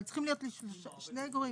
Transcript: אבל צריכים להיות שני גורמים